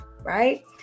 right